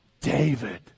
David